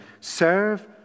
Serve